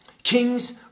Kings